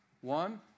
One